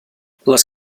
les